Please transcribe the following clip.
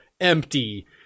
empty